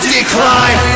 decline